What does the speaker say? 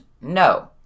No